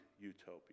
utopia